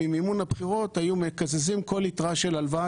ממימון הבחירות היו מקזזים כל יתרה של הלוואה